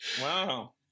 wow